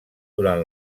durant